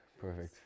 Perfect